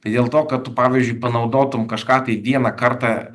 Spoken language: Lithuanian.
tai dėl to kad tu pavyzdžiui panaudotum kažką tai vieną kartą